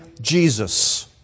Jesus